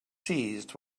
seized